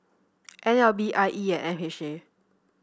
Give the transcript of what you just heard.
L B I E and H A